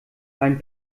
mein